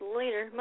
later